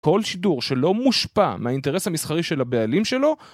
כל שידור שלא מושפע מהאינטרס המסחרי של הבעלים שלו